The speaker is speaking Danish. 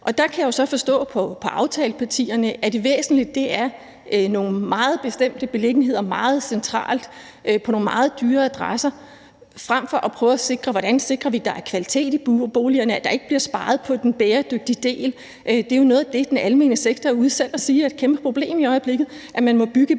Og der kan jeg jo så forstå på aftalepartierne, at det væsentlige er nogle meget bestemte beliggenheder, meget centralt på nogle meget dyre adresser, frem for at prøve at sikre, at der er kvalitet i boligerne, og at der ikke bliver sparet på den bæredygtige del. Det er jo noget af det, den almene sektor selv er ude at sige er et kæmpeproblem i øjeblikket, nemlig at man må bygge i beton